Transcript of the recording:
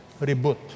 reboot